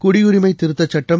குடியுரிமைதிருத்தசட்டம்